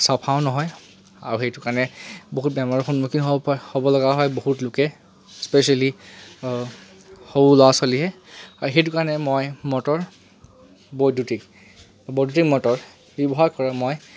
চাফাও নহয় আৰু সেইটো কাৰণে বহুত বেমাৰৰ সন্মুখীন হ'ব পাৰে হ'ব লগা হয় বহুত লোকে স্পেচিয়েলি সৰু ল'ৰা ছোৱালীয়ে সেইটো কাৰণে মই মটৰ বৈদ্যুতিক বৈদ্যুতিক মটৰ ব্যৱহাৰ কৰো মই